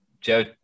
Joe